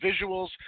visuals